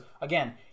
again